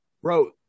Bro